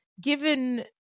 Given